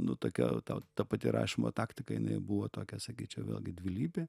nu tokia ta ta pati rašymo taktika jinai buvo tokia sakyčiau vėlgi dvilypė